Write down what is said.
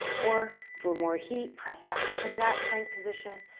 or for more heat, press back up into that plank position,